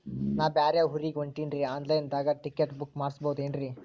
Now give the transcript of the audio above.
ನಾ ಬ್ಯಾರೆ ಊರಿಗೆ ಹೊಂಟಿನ್ರಿ ಆನ್ ಲೈನ್ ದಾಗ ಟಿಕೆಟ ಬುಕ್ಕ ಮಾಡಸ್ಬೋದೇನ್ರಿ?